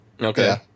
Okay